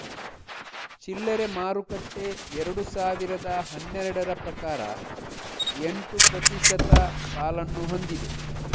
ಚಿಲ್ಲರೆ ಮಾರುಕಟ್ಟೆ ಎರಡು ಸಾವಿರದ ಹನ್ನೆರಡರ ಪ್ರಕಾರ ಎಂಟು ಪ್ರತಿಶತ ಪಾಲನ್ನು ಹೊಂದಿದೆ